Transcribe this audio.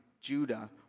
Judah